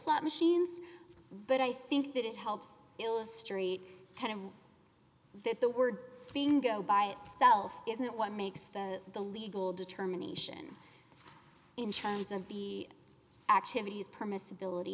slot machines but i think that it helps illustrate kind of that the word being go by itself isn't what makes the the legal determination in terms of the activities permissibility